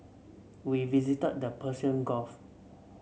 we visited the Persian Gulf